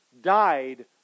died